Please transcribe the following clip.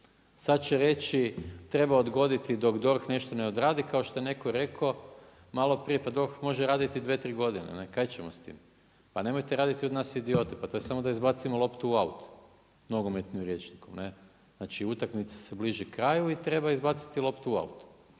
Sad će reći, treba odgoditi dok DORH nešto ne odradi kao što je netko rekao, maloprije, pa DORH može raditi 2, 3 godine. Ne. Kaj ćemo s tim. Pa nemojte raditi od nas idiota. Pa to je samo da izbacimo loptu u aut, nogometnim rječnikom, ne. Znači, utakmica se bliži kraju i treba izbaciti loptu u aut